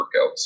workouts